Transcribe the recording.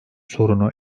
sorunu